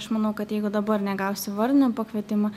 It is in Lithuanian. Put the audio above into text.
aš manau kad jeigu dabar negausiu vardinio pakvietimo